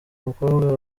mukobwa